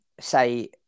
say